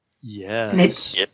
Yes